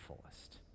fullest